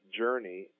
journey